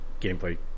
gameplay